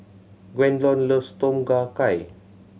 Gwendolyn loves Tom Kha Gai